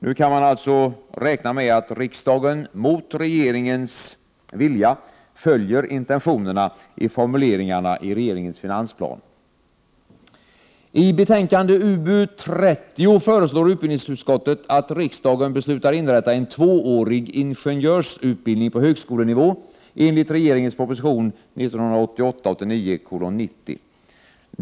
Nu kan man alltså räkna med, att riksdagen mot regeringens vilja följer intentionerna i formuleringarna i regeringens finansplan ... inrätta en tvåårig ingenjörsutbildning på högskolenivå enligt regeringens proposition 1988/89:90.